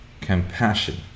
compassion